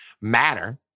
matter